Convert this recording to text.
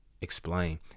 explain